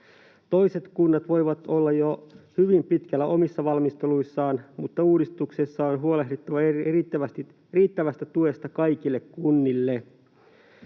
Toiset kunnat voivat olla jo hyvin pitkällä omissa valmisteluissaan, mutta uudistuksessa on huolehdittava riittävästä tuesta kaikille kunnille.